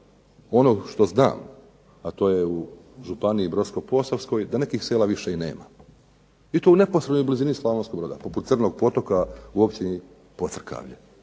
ono što znam, a to je u Županiji brodsko-posavskoj da nekih sela više i nema i to u neposrednoj blizini Slavonskog Broda poput Crnog potoka u općini Podcrkavlje